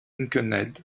linkenheld